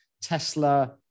Tesla